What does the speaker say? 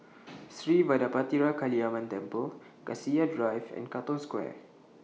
Sri Vadapathira Kaliamman Temple Cassia Drive and Katong Square